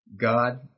God